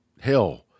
hell